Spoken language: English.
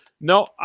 no